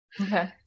Okay